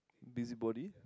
busybody